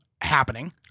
happening